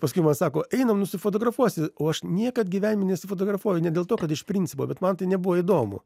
paskui man sako einam nusifotografuosi o aš niekad gyvenime nesifotografuoju ne dėl to kad iš principo bet man tai nebuvo įdomu